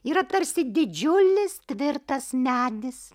yra tarsi didžiulis tvirtas medis